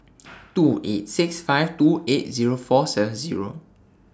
two eight six five two eight Zero four seven Zero